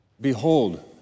Behold